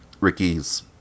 Ricky's